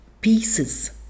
pieces